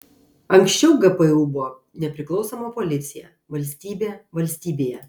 anksčiau gpu buvo nepriklausoma policija valstybė valstybėje